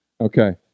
Okay